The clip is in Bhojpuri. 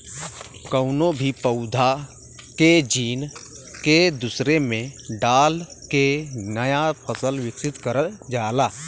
कउनो भी पौधा के जीन के दूसरे में डाल के नया फसल विकसित करल जाला